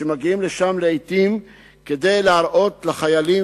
שמגיעים לשם לעתים כדי להראות לחיילים